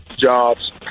Jobs